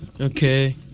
Okay